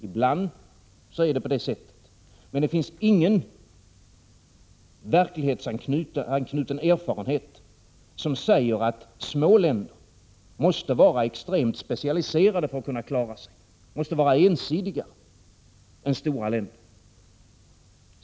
Ibland är det på det sättet, men det finns ingen verklighetsanknuten erfarenhet som säger att små länder måste vara extremt specialiserade för att kunna klara sig, att de måste vara ensidigare än stora länder.